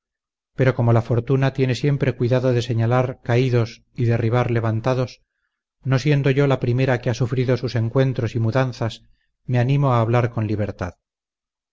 pero como la fortuna tiene siempre cuidado de señalar caídos y derribar levantados no siendo yo la primera que ha sufrido sus encuentros y mudanzas me animo a hablar con libertad